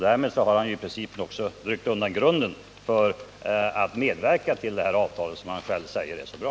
Därmed har han i princip också ryckt undan grunden för sin medverkan till det här avtalet, som han själv säger är så bra.